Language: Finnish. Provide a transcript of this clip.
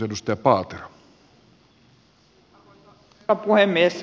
arvoisa herra puhemies